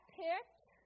picked